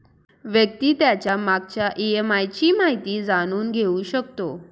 व्यक्ती त्याच्या मागच्या ई.एम.आय ची माहिती जाणून घेऊ शकतो